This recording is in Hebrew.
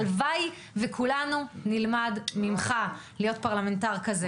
הלוואי וכולנו נלמד ממך להיות פרלמנטר כזה.